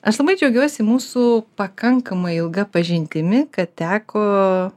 aš labai džiaugiuosi mūsų pakankamai ilga pažintimi kad teko